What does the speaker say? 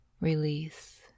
release